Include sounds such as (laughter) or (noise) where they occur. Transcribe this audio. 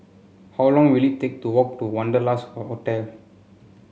how long will it take to walk to Wanderlust (unintelligible) Hotel